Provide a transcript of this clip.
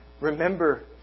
Remember